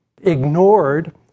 ignored